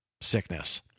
sickness